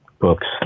books